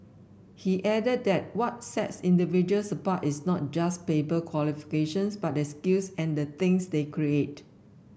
he added that what sets individuals apart is not just paper qualifications but their skills and the things they create